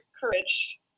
courage